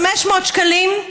500 שקלים.